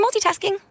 multitasking